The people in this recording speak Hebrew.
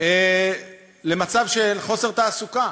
למצב של חוסר תעסוקה.